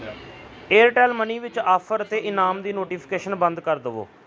Airtel money ਵਿੱਚ offer ਅਤੇ ਇਨਾਮ ਦੀ ਨੋਟੀਫਿਕੇਸ਼ਨ ਬੰਦ ਕਰ ਦਵੋ